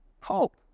hope